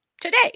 today